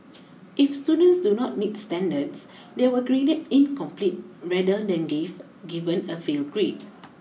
if students do not meet standards they were graded incomplete rather than give given a fail grade